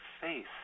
face